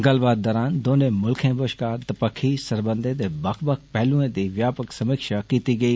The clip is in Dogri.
गल्लबात दौरान दौनें मुल्खें बष्कार दपक्खी सरबंधें दे बक्ख बक्ख पहलुएं दी व्यापक समीक्षा कीती गेई